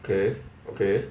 okay okay